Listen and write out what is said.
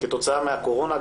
כתוצאה מהקורונה,